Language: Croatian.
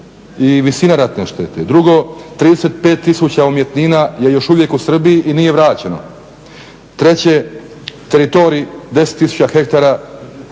i visina ratne štete. Drugo, 35 tisuća umjetnina je još uvijek u Srbiji i nije vraćeno, treće, teritorij 10 tisuća hektara